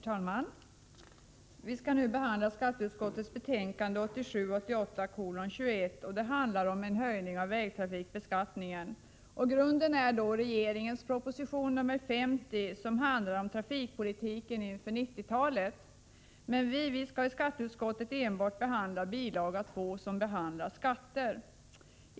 Herr talman! Vi skall nu behandla skatteutskottets betänkande 1987 88:50, som rör trafikpolitiken inför 1990-talet, men vi skulle i skatteutskottet enbart behandla bilaga 2, som innehåller förslag till skatter.